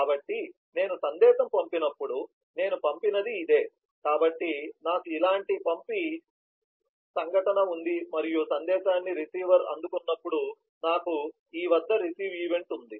కాబట్టి నేను సందేశం పంపినప్పుడు నేను పంపేది ఇదే కాబట్టి నాకు ఇలాంటి పంపే సంఘటన ఉంది మరియు సందేశాన్ని రిసీవర్ అందుకున్నప్పుడు నాకు ఈ వద్ద రిసీవ్ ఈవెంట్ ఉంది